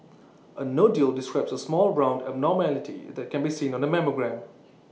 A nodule describes A small round abnormality that can be seen on A mammogram